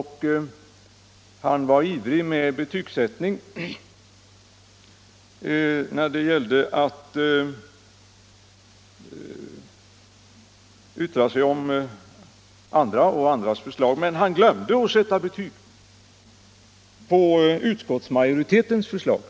Han var ivrig med betygsättning när det gällde andras förslag. Men han glömde att sätta betyg på utskottsmajoritetens förslag.